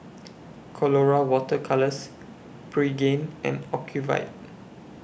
Colora Water Colours Pregain and Ocuvite